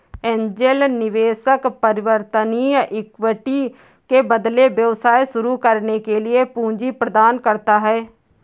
angel निवेशक परिवर्तनीय equity के बदले व्यवसाय शुरू करने के लिए पूंजी प्रदान करता है